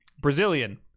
Brazilian